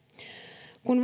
kun